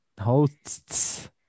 hosts